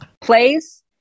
plays